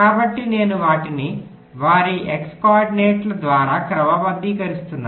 కాబట్టి నేను వాటిని వారి x కోఆర్డినేట్ల ద్వారా క్రమబద్ధీకరిస్తున్నాను